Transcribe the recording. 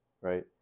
right